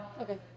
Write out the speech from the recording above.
Okay